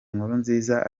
nkurunziza